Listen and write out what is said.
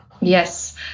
yes